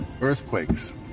earthquakes